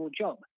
job